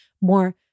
more